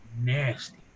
nasty